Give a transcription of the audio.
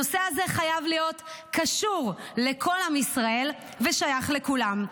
הנושא זה חייב להיות קשור לכל עם ישראל ושייך לכולם.